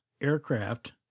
aircraft